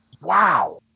Wow